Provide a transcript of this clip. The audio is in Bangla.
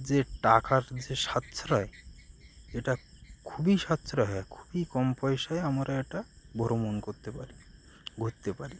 যে টাকার যে সাশ্রয় এটা খুবই সাশ্রয় হয় খুবই কম পয়সায় আমরা এটা ভ্রমণ করতে পারি ঘুরতে পারি